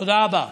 תודה רבה.